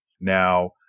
Now